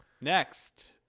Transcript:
Next